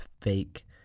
fake